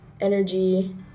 Energy